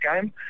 game